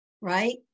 right